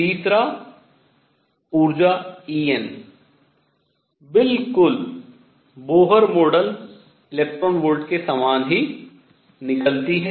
तीसरा ऊर्जा En बिलकुल बोहर मॉडल eV के समान ही निकलती हैं